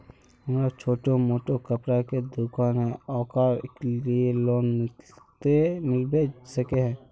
हमरा छोटो मोटा कपड़ा के दुकान है ओकरा लिए लोन मिलबे सके है?